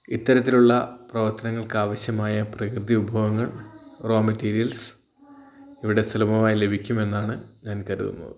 ഇത്തരത്തിലുള്ള പ്രവർത്തനങ്ങൾക്ക് ആവശ്യമായ പ്രകൃതി വിഭവങ്ങൾ റോ മെറ്റിരിയൽസ് ഇവിടെ സുലഭമായി ലഭിക്കും എന്നാണ് ഞാൻ കരുതുന്നത്